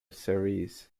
series